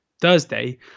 thursday